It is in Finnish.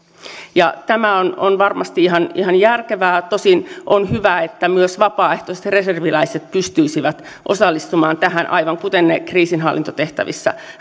olevia tämä on on varmasti ihan ihan järkevää tosin on hyvä että myös vapaaehtoiset reserviläiset pystyisivät osallistumaan tähän aivan kuten he kriisinhallintatehtäviin